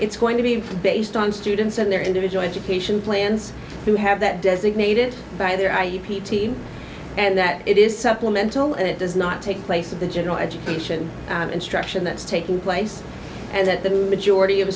it's going to be in based on students in their individual education plans to have that designated by their i p t and that it is supplemental and it does not take place of the general education instruction that's taking place and that the majority of